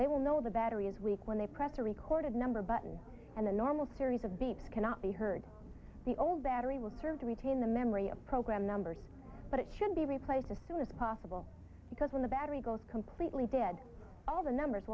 they will know the battery is weak when they press a record number button and the normal series of beeps cannot be heard the old battery will serve to retain the memory of program numbers but it should be replaced as soon as possible because when the battery goes completely dead all the numbers